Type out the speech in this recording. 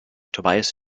tobias